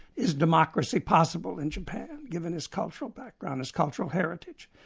is democracy possible in japan, given its cultural background, its cultural heritage?